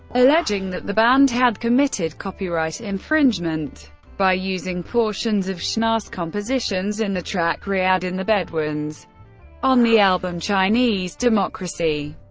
alleging that the band had committed copyright infringement by using portions of schnauss' compositions in the track riad n' the bedouins on the album chinese democracy.